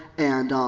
and, um,